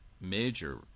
major